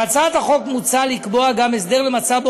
בהצעת החוק מוצע לקבוע גם הסדר למצב שבו